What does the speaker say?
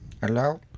hello